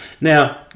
Now